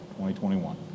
2021